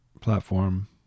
platform